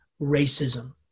racism